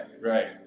right